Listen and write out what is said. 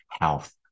health